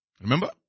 Remember